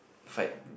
side